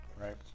right